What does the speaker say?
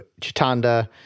Chitanda